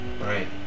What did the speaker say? right